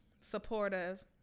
supportive